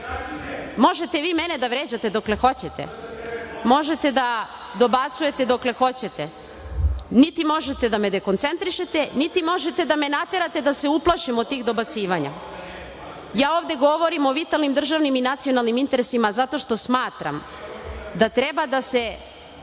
Srbije. Možete vi mene da vređate dokle hoćete, možete da dobacujete dokle hoćete, niti možete da me dekoncentrišete, niti možete da me naterate da se uplašim od tih dobacivanja. Ja ovde govorim o vitalnim državnim nacionalnim interesima zato što smatram da treba da se